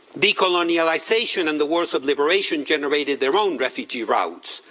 decolonization and the works of liberation generated their own refugee routes,